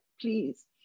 please